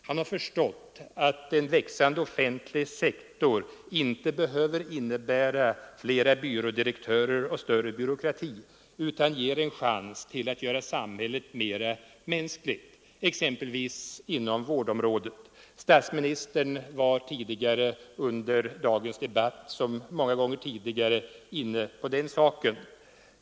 Han har förstått att en växande offentlig sektor inte behöver innebära flera byrådirektörer och större byråkrati utan ger en chans att göra samhället mänskligare exempelvis inom vårdområdet. Statsministern var tidigare under dagens debatt, liksom många gånger förut, inne på den saken.